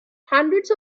hundreds